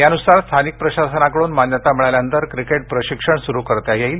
यानुसार स्थानिक प्रशासनाकडून मान्यता मिळाल्यानंतर क्रिकेट प्रशिक्षण सुरु करता येईल